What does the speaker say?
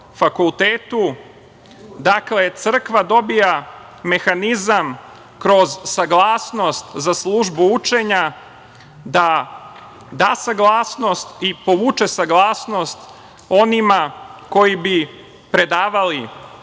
Dakle, Crkva dobija mehanizam kroz saglasnost za službu učenja da da saglasnost i povuče saglasnost onima koji bi predavali na